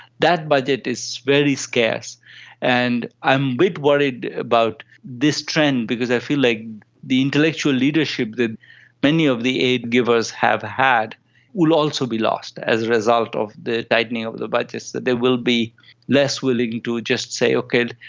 that budget is very scarce and i'm a bit worried about this trend because i feel like the intellectual leadership that many of the aid givers have had will also be lost as a result of the tightening of the budgets, that they will be less willing to just say, okay,